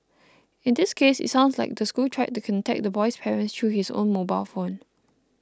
in this case it sounds like the school tried to contact the boy's parents through his own mobile phone